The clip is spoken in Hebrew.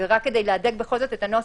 ורק כדי להדק בכל זאת את הנוסח,